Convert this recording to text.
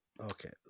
Okay